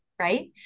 right